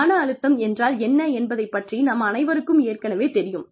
மன அழுத்தம் என்றால் என்ன என்பதைப் பற்றி நம் அனைவருக்கும் ஏற்கனவே தெரியும்